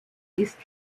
ist